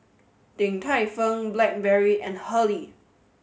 Din Tai Fung Blackberry and Hurley